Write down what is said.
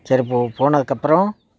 சரி போ போனதுக்கப்பறம்